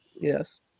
Yes